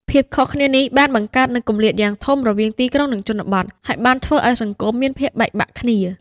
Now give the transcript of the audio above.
ភាពខុសគ្នានេះបានបង្កើតនូវគម្លាតយ៉ាងធំរវាងទីក្រុងនិងជនបទ ហើយបានធ្វើឲ្យសង្គមមានភាពបែកបាក់គ្នា។